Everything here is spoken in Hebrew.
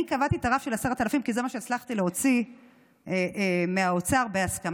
אני קבעתי את הרף של 10,000 שקל כי זה מה שהצלחתי להוציא מהאוצר בהסכמה,